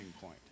point